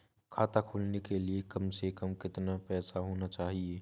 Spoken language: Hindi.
खाता खोलने के लिए कम से कम कितना पैसा होना चाहिए?